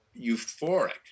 euphoric